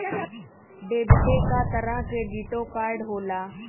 डेबिटे क तरह क्रेडिटो कार्ड होला